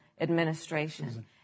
administration